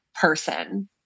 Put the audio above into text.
person